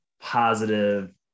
positive